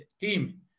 team